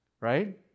right